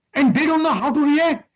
and they don't know how to react!